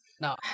Now